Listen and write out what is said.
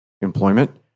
employment